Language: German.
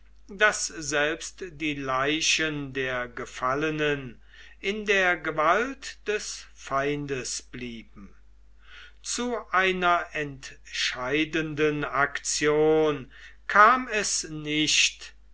daß selbst die leichen der gefallenen in der gewalt des feindes blieben zu einer entscheidenden aktion kam es nicht